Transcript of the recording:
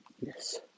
Yes